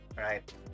Right